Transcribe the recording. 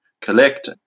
collect